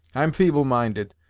i'm feeble minded,